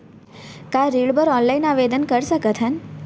का ऋण बर ऑनलाइन आवेदन कर सकथन?